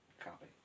Copy